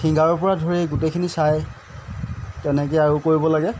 শিংগাৰোৰপৰা ধৰি এই গোটেইখিনি চাই তেনেকৈ আৰু কৰিব লাগে